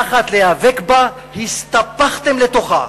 תחת להיאבק בה הסתפחתם לתוכה,